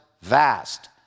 vast